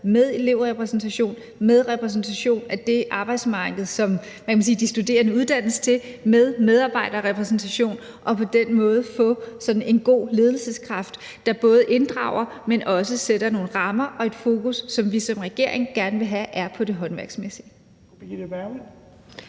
med elevrepræsentation, med repræsentation af arbejdsmarkedet, som, hvad kan man sige, de studerende uddannes til, og med medarbejderrepræsentation og på den måde få en god ledelseskraft, der både inddrager, men også sætter nogle rammer og et fokus, som vi som regering gerne vil have er på det håndværksmæssige.